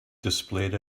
displayed